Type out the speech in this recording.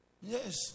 Yes